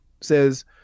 Says